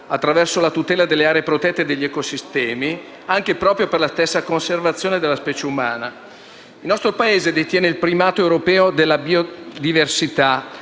attraverso la tutela delle aree protette e degli ecosistemi, anche per la stessa conservazione della specie umana. Il nostro Paese detiene il primato europeo nella biodiversità